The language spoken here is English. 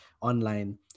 online